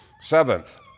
Seventh